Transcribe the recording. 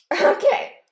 Okay